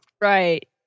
Right